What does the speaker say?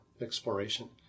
exploration